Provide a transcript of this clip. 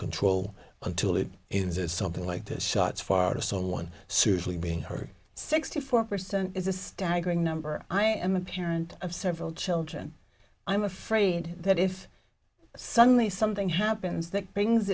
control until it is something like this shots far to someone seriously being hurt sixty four percent is a staggering number i am a parent of several children i'm afraid that if suddenly something happens that brings